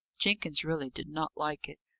jenkins really did not like it.